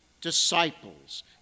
disciples